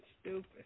stupid